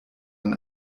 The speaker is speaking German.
man